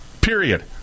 period